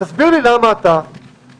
תסביר לי למה אתה חושב